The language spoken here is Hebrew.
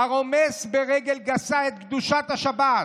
הרומס ברגל גסה את קדושת השבת.